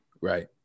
Right